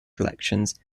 collections